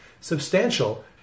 substantial